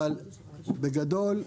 אבל בגדול,